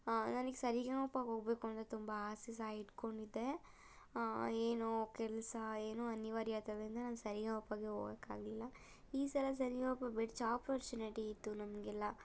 ನನಗೆ ಸರಿಗಮಪ ಹೋಗಬೇಕು ಅಂತ ತುಂಬ ಆಸೆ ಸಹ ಇಟ್ಕೊಂಡಿದ್ದೆ ಹಾಂ ಏನೋ ಕೆಲಸ ಏನೋ ಅನಿವಾರ್ಯತೆ ಆದ್ದರಿಂದ ನಾನು ಸರಿಗಮಪಗೆ ಹೋಗೋಕ್ಕೆ ಆಗಲಿಲ್ಲ ಈ ಸಲ ಸರಿಗಮಪ ಬೆಸ್ಟ್ ಒಪೊರ್ಚುನಿಟಿ ಇತ್ತು ನಮಗೆಲ್ಲ